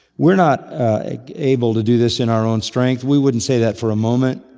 we're not able to do this in our own strength. we wouldn't say that for a moment.